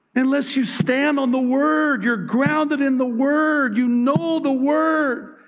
unless you stand on the word, you're grounded in the word, you know the word,